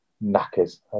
knackers